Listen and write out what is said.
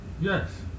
Yes